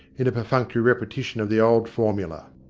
in perfunctory repetition of the old formula.